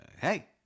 Hey